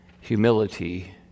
humility